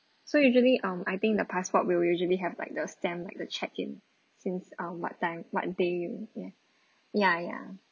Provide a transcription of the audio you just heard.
so usually um I think the passport will usually have like the stamp like the check in since uh what time what day you ya ya ya